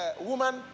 woman